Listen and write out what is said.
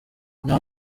nta